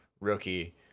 rookie